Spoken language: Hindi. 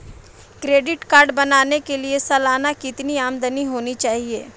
क्रेडिट कार्ड बनाने के लिए सालाना कितनी आमदनी होनी चाहिए?